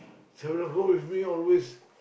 with me always